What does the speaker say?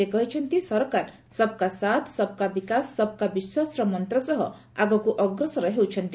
ସେ କହିଛନ୍ତି ସରକାର 'ସବ୍କା ସାଥ୍ ସବ୍କା ବିକାଶ ସବ୍କା ବିଶ୍ୱାସ'ର ମନ୍ତ ସହ ଆଗକୁ ଅଗ୍ରସର ହେଉଛନ୍ତି